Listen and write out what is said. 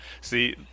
See